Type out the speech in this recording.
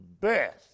best